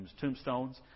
tombstones